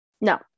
No